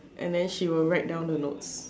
and then she will write down the notes